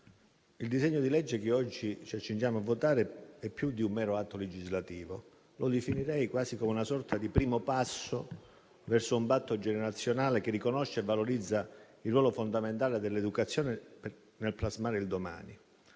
il disegno di legge che oggi ci accingiamo a votare è più di un mero atto legislativo. Lo definirei quasi una sorta di primo passo verso un patto generazionale che riconosce e valorizza il ruolo fondamentale dell'educazione nel plasmare il domani.